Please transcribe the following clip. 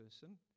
person